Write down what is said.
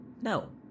No